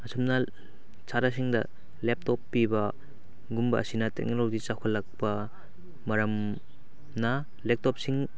ꯑꯁꯨꯝꯅ ꯁꯥꯇ꯭ꯔꯁꯤꯡꯗ ꯂꯦꯞꯇꯣꯞ ꯄꯤꯕ ꯒꯨꯝꯕ ꯑꯁꯤꯅ ꯇꯦꯛꯅꯣꯂꯣꯖꯤ ꯆꯥꯎꯈꯠꯂꯛꯄ ꯃꯔꯝꯅ ꯂꯦꯞꯇꯣꯞꯁꯤꯡ